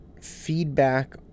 feedback